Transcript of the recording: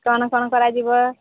କ'ଣ କ'ଣ କରାଯିବ